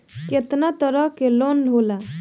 केतना तरह के लोन होला?